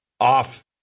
off